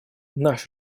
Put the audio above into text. наш